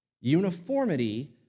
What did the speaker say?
Uniformity